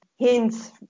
hints